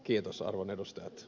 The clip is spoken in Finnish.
kiitos arvon edustajat